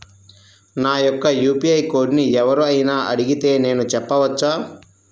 నా యొక్క యూ.పీ.ఐ కోడ్ని ఎవరు అయినా అడిగితే నేను చెప్పవచ్చా?